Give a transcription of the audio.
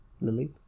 Lily